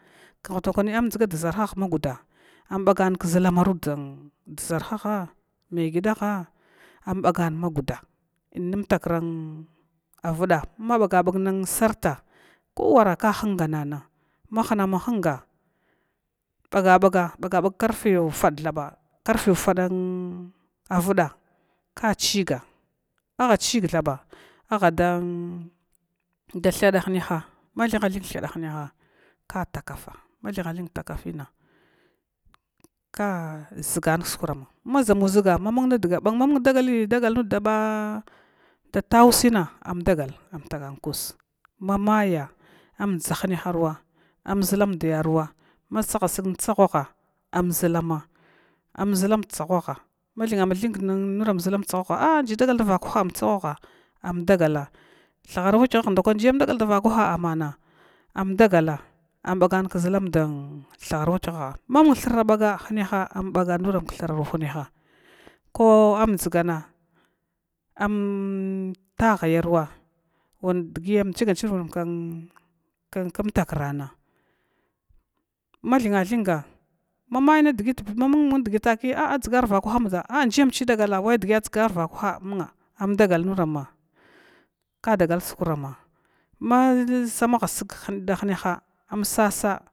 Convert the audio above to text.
Kuhdakwani am dʒuga dʒarhan magua am baga kʒlamaru da ʒarhaha megidaha, ambagan maguda inin imtakravda mabagabag sarta kowar hunganan ma hunu ma hunga bagabag karfe ufada, thaba avuuda ka chi chig thaba ahadan thad hingaha ma thum na thum thad hunyaha ata kafa ma thun ha thun kta kafina, ka ʒgan kskurama ma ʒamuʒuga ma mung daga mamung dagalin da ta usina adagal mamaya am ʒullam duniyaruwa an ʒullama am ʒullama da tsahw ha ma thin ma thu nura ʒullum da tsa whaha ai ji dagal da vakwaha am tsawhaha amdagala thuhara wakyawha wha jiyam dagal da vakwah ammana, nda kwani andagala am bagana kʒlam da thuharawakyawha ma mung thura baga, am bagana hin yaha ko am dʒugan amta hayaruwa kdgiti am chichi nura kmtakrana ma thunn thunga akwa mamdgi a dʒgar vakwaha amdala ansas.